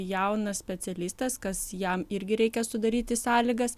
jaunas specialistas kas jam irgi reikia sudaryti sąlygas